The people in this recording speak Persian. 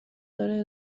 داره